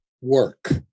work